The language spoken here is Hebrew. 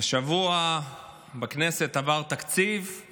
השבוע עבר תקציב בכנסת,